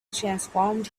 transformed